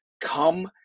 come